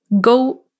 go